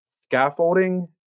scaffolding